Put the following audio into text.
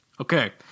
Okay